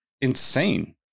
insane